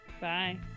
Bye